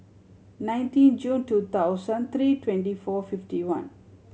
nineteen June two thousand three twenty four fifty one